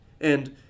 and